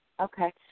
okay